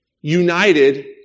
United